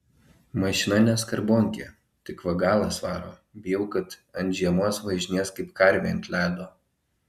mašina ne skarbonkė tik va galas varo bijau kad ant žiemos važinės kaip karvė ant ledo